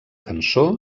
cançó